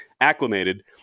acclimated